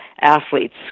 athletes